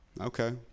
Okay